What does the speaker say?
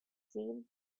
seen